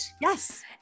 Yes